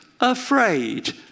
afraid